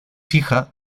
hija